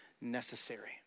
necessary